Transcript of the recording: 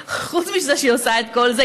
חוץ מזה שהיא עושה את כל זה,